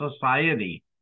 society